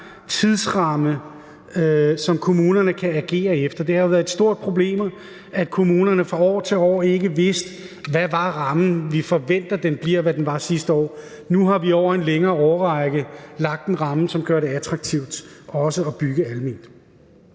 tidsramme, som kommunerne kan agere efter. Det har jo været et stort problem, at kommunerne fra år til år ikke vidste, hvad rammen var. Vi forventer, at den bliver, hvad den var sidste år. Nu har vi over en længere årrække lagt en ramme, som gør det attraktivt også at bygge alment.